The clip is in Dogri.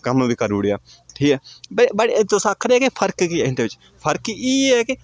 क'म्म बी करी ओड़ेआ ठीक ऐ बे बे तुस आखा दे कि फर्क केह् ऐ इं'दे बिच फर्क इ'यै ऐ की